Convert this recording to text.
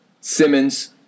Simmons